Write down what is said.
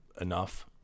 enough